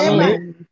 Amen